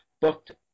booked